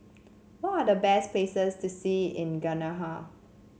what are the best places to see in Ghana